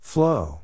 Flow